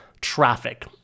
Traffic